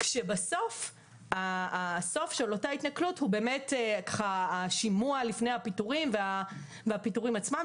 כאשר הסוף של אותה התנכלות הוא באמת שימוע לפני פיטורים והפיטורים עצמם.